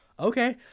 Okay